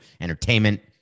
entertainment